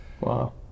Wow